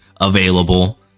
available